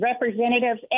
representatives